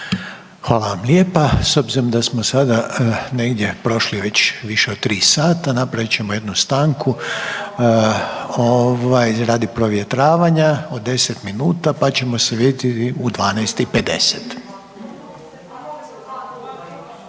Hvala vam lijepa. S obzirom da smo sada negdje prošli već više od 3 sata, napravit ćemo jednu stanku, ovaj, radi provjetravanja od 10 minuta pa ćemo se vidjeti u 12 i 50.